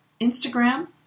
Instagram